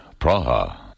Praha